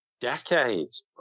decades